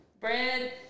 bread